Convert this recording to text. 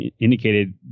indicated